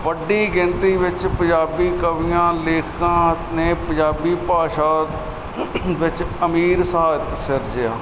ਵੱਡੀ ਗਿਣਤੀ ਵਿੱਚ ਪੰਜਾਬੀ ਕਵੀਆਂ ਲੇਖਕਾਂ ਨੇ ਪੰਜਾਬੀ ਭਾਸ਼ਾ ਵਿੱਚ ਅਮੀਰ ਸਿਰਜਿਆ